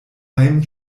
heim